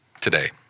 today